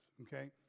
okay